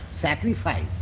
sacrifice